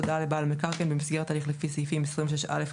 הודעה לבעל מקרקעין במסגרת הליך לפי סעיפים 26א-26ח